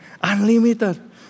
Unlimited